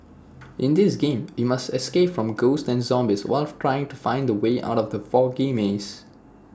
in this game you must escape from ghosts and zombies while try to find the way out from the foggy maze